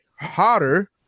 hotter